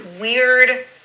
weird